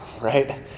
right